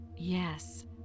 yes